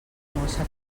mossa